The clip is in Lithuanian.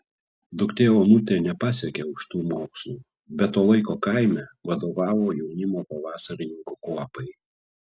duktė onutė nepasiekė aukštų mokslų bet to laiko kaime vadovavo jaunimo pavasarininkų kuopai